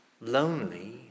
Lonely